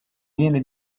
viene